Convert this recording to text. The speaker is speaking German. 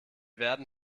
werden